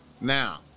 Now